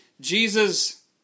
Jesus